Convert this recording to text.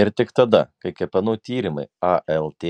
ir tik tada kai kepenų tyrimai alt